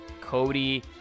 Cody